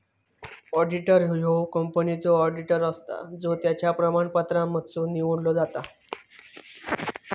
auditor ह्यो कंपनीचो auditor असता जो त्याच्या प्रमाणपत्रांमधसुन निवडलो जाता